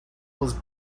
was